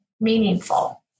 meaningful